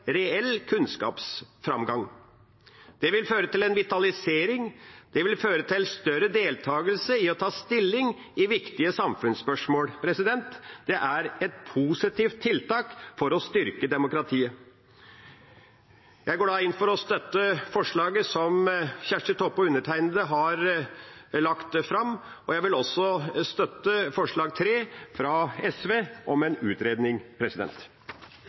reell kunnskapsframgang. Det vil føre til en vitalisering, det vil føre til større deltakelse i å ta stilling i viktige samfunnsspørsmål. Det er et positivt tiltak for å styrke demokratiet. Jeg går da inn for å støtte forslaget som Kjersti Toppe og undertegnede har lagt fram, og jeg vil også støtte forslag nr. 3, fra SV, om en utredning.